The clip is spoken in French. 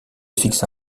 fixa